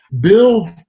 Build